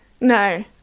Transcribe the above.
No